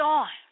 on